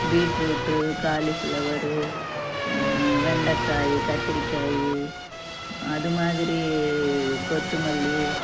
beetroot cauliflower வெண்டைக்காயி கத்திரிக்காய் அது மாதிரி கொத்தமல்லி